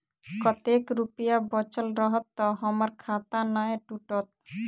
कतेक रुपया बचल रहत तऽ हम्मर खाता नै टूटत?